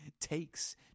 takes